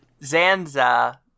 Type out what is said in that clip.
Zanza